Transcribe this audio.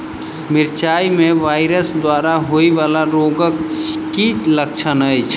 मिरचाई मे वायरस द्वारा होइ वला रोगक की लक्षण अछि?